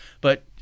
But-